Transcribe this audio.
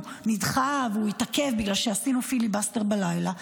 הוא נדחה והוא התעכב בגלל שעשינו פיליבסטר בלילה,